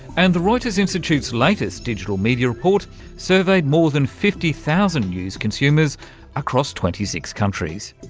and the reuters institute's latest digital media report surveyed more than fifty thousand news consumers across twenty six countries.